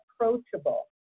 approachable